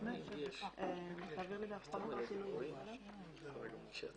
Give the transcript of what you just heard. הישיבה ננעלה בשעה 09:15.